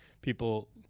people